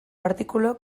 artikulu